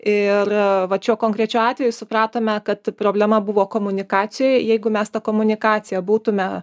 ir a vat šiuo konkrečiu atveju supratome kad problema buvo komunikacijoj jeigu mes tą komunikaciją būtume